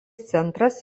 centras